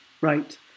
Right